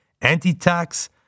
Anti-tax